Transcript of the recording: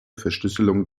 verschlüsselung